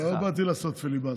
לא באתי לעשות פיליבסטר.